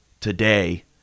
today